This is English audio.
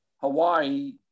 Hawaii